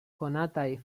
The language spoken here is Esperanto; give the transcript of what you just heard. konataj